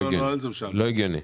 לא הגיוני.